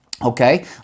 Okay